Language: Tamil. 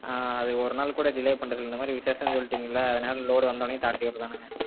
அது ஒரு நாள்கூட டிலே பண்ணுறதுல்ல இந்த மாதிரி விசேஷன்னு சொல்லிட்டிங்கள்ல அதனால் லோடு வந்தோன்னையே சாட்டிவிட்றதான்னங்க